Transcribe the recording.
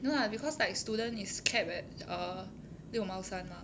no lah because like student is cap at err 六毛三 mah